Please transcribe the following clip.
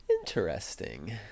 Interesting